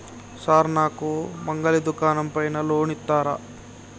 Sir నాకు మంగలి దుకాణం పైన లోన్ ఇత్తరా?